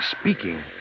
speaking